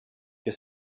que